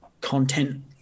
content